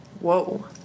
Whoa